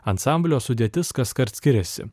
ansamblio sudėtis kaskart skiriasi